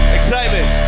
Excitement